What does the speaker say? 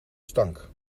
stank